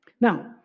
now